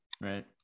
right